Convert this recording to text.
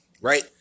right